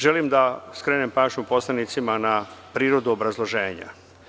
Želim da skrenem pažnju poslanicima na prirodu obrazloženja.